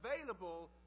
available